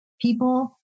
people